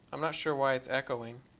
i'm not sure why it's echoing.